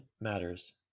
matters